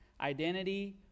identity